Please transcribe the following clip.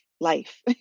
life